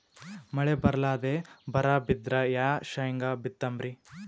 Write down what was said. ಮಳಿ ಬರ್ಲಾದೆ ಬರಾ ಬಿದ್ರ ಯಾ ಶೇಂಗಾ ಬಿತ್ತಮ್ರೀ?